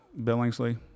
Billingsley